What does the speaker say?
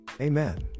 Amen